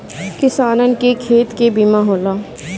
किसानन के खेत के बीमा होला